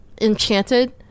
Enchanted